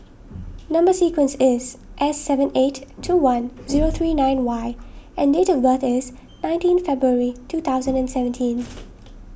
Number Sequence is S seven eight two one zero three nine Y and date of birth is nineteen February two thousand and seventeenth